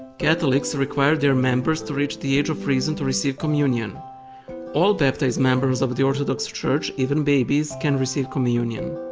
catholics require their members to reach the age of reason to receive communion all baptized members of the orthodox church, even babies, can receive communion.